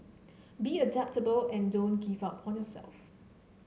be adaptable and don't give up on yourself